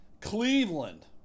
Cleveland